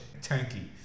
tanky